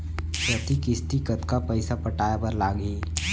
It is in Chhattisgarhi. प्रति किस्ती कतका पइसा पटाये बर लागही?